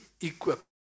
equipped